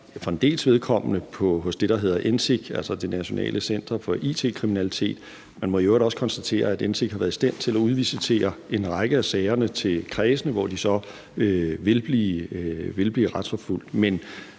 for en dels vedkommende hos det, der hedder NCIK, altså Nationalt Center for It-kriminalitet. Man må i øvrigt også konstatere, at NCIK har været i stand til at udlicitere en række af sagerne til kredsene, hvor gerningsmændene så vil blive retsforfulgt.